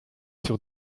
sur